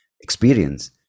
experience